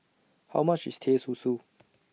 How much IS Teh Susu